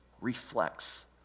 reflects